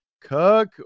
cook